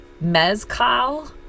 mezcal